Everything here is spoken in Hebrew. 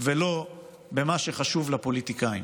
ולא במה שחשוב לפוליטיקאים.